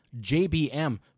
JBM